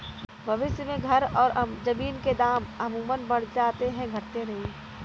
भविष्य में घर और जमीन के दाम अमूमन बढ़ जाते हैं घटते नहीं